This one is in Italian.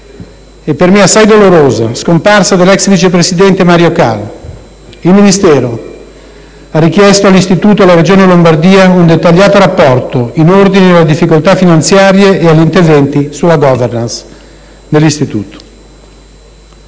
e per me assai dolorosa, scomparsa dell'ex vicepresidente, Mario Cal, il Ministero ha richiesto all'Istituto e alla Regione Lombardia un dettagliato rapporto in ordine alle difficoltà finanziarie e agli interventi sulla *governance* dell'Istituto.